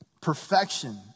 perfection